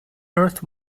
earth